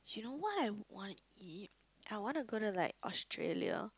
you know what I wanna eat I wanna go to like Australia